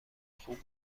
خوب